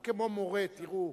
הוא כמו מורה, תראו,